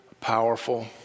powerful